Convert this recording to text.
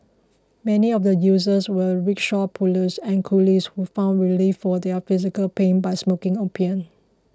many of the users were rickshaw pullers and coolies who found relief for their physical pain by smoking opium